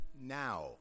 now